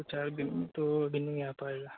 दो चार दिन में तो दिन में आ पाएगा